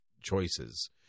choices